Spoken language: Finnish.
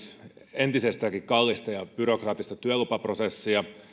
entisestäänkin kallista ja byrokraattista työlupaprosessia